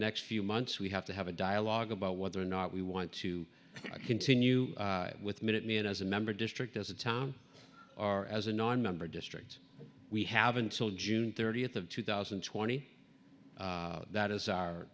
next few months we have to have a dialogue about whether or not we want to continue with minutemen as a member district as a tom are as a nonmember district we have until june thirtieth of two thousand and twenty that is our